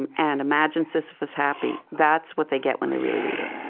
and and imagine sisyphus happy that's what they get when they really read it